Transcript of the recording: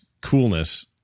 coolness